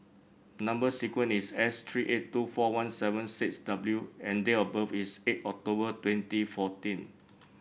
number sequence is S three eight two four one seven six W and date of birth is eight October twenty fourteen